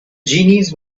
genies